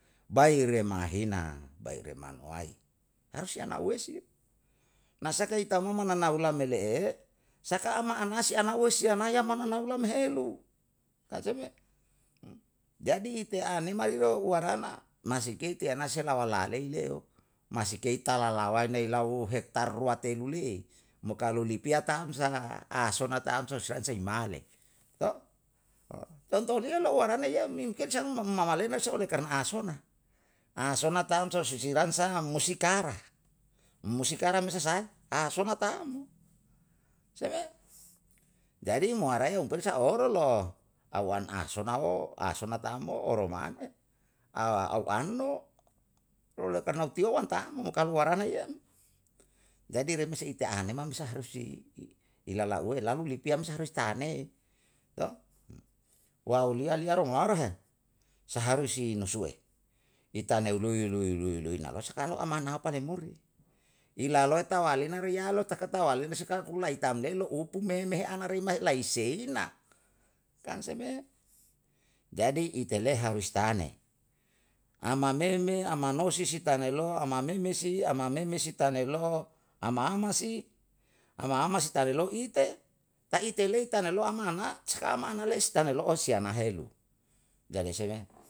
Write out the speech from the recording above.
Bai remahina baire manuwai, harus si anauwesi, nasaka itama manaulame le'e, saka ama anasi anauwesi anayama nana'ulam helu, ka seme? Jadi ite anema yuwo warana masike ite anase lawa lalei le'eo, masike italalawai ne ilau hektar rusa telu le'e, mo kalu lipia tam sa, asona tamson si an saimale, to? Contoh ulio warana iem mimken sammamalena se oleh karna asona, asona taun sonsisiran sam, musikara. Musikara mesa sahae? Asona tam, se me? Jadi moaraiyom perisa oro lo au an asonao, asona tammo, oro mane. au an no, oleh karna utiyau an tammo, kalu warana hiya? Jadi remese ite anemame saharusi ilalauwe lalu lipiame harus tahanei to?`. wauliya liya ronglarahe, saharusi nusue. I tanei lui lui lui lui naka sakalo amanapa lembur yo, i laloeta walena reyalo saka tawalene se kakulaitam le lo upu me mehe anarima rima laiseina? Kan seme. Jadi itele harus ta ne, amame me amanosi si tanai lowa amame me si amame me si tanai lo, ama ama si, ama ama si tanelou ite, ta'i telei tanalua ama na, skama analei si tana lo'o siyanahelu. Jadi se me